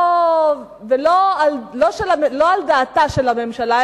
לא על דעתה של הממשלה,